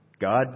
God